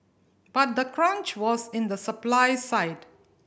but the crunch was in the supply side